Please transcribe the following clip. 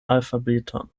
alfabeton